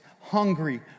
hungry